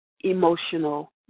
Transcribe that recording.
emotional